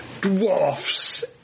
dwarfs